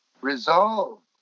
resolved